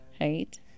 right